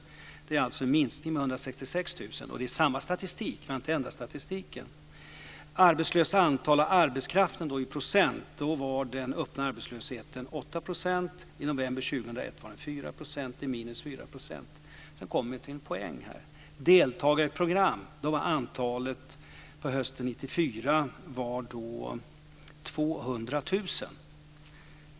Det är alltså en minskning med 166 000, och det är samma statistik; vi har inte ändrat statistiken. 2001 var den 4 %. Det är minus 4 %. Sedan kommer vi till en poäng här: Antalet deltagare i program var hösten 1994 200 000.